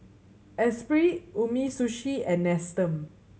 Espirit Umisushi and Nestum